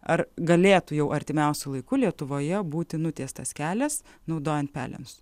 ar galėtų jau artimiausiu laiku lietuvoje būti nutiestas kelias naudojant pelenus